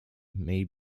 may